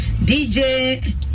DJ